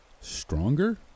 Stronger